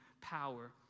power